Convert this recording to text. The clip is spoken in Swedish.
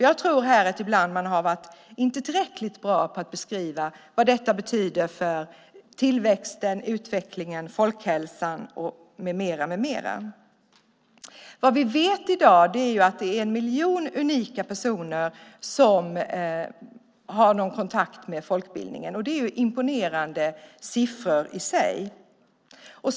Jag tror att man ibland inte har varit tillräckligt bra på att beskriva vad detta betyder för tillväxten, utvecklingen, folkhälsan med mera. Vad vi vet i dag är att det är en miljon unika personer som har någon kontakt med folkbildningen. Det är imponerande siffror i sig.